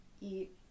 eat